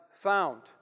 found